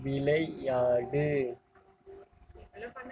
விளையாடு